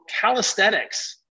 calisthenics